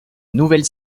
nouvelle